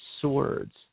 swords